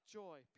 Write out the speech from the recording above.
joy